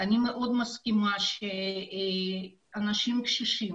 אני מאוד מסכימה שאנשים קשישים